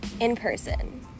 In-person